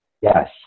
Yes